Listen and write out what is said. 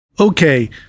Okay